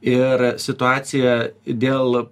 ir situacija dėl